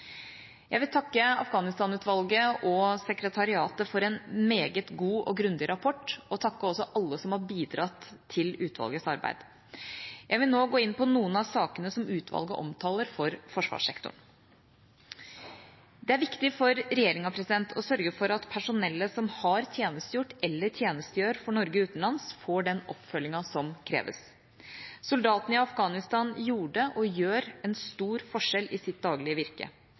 Jeg vil takke Afghanistan-utvalget og sekretariatet for en meget god og grundig rapport, og jeg vil også takke alle som har bidratt til utvalgets arbeid. Jeg vil nå gå inn på noen av sakene som utvalget omtaler for forsvarssektoren. Det er viktig for regjeringa å sørge for at personellet som har tjenestegjort, eller tjenestegjør, for Norge utenlands, får den oppfølgingen som kreves. Soldatene i Afghanistan gjorde og gjør en stor forskjell i sitt daglige virke.